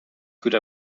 could